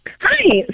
Hi